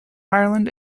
ireland